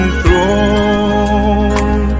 throne